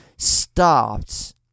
Stopped